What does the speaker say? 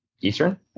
Eastern